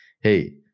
hey